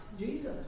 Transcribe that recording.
Jesus